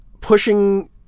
pushing